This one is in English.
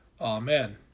Amen